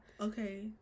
Okay